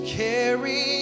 carry